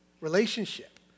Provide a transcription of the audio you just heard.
relationship